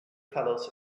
fellows